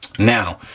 now,